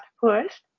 first